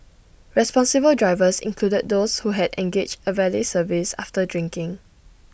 responsible drivers included those who had engaged A valet service after drinking